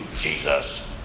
Jesus